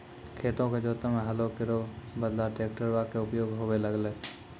खेतो क जोतै म हलो केरो बदला ट्रेक्टरवा कॅ उपयोग होबे लगलै